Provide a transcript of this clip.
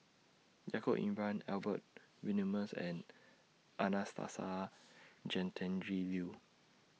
Yaacob Ibrahim Albert Winsemius and Anastasia Tjendri Liew